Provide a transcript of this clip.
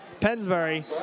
Pensbury